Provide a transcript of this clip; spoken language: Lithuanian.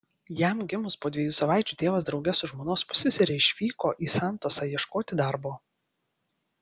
jam gimus po dviejų savaičių tėvas drauge su žmonos pussesere išvyko į santosą ieškoti darbo